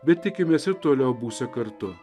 bet tikimės ir toliau būsią kartu